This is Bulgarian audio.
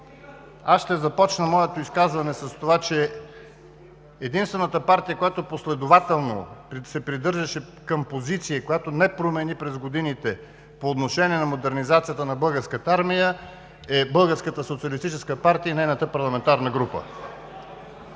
Аз ще започна моето изказване с това, че единствената партия, която последователно се придържаше към позиция, която не промени през годините по отношение на модернизацията на българската армия, е Българската социалистическа партия и нейната парламентарна група.